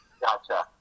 Gotcha